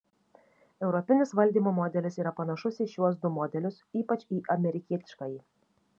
europinis valdymo modelis yra panašus į šiuos du modelius ypač į amerikietiškąjį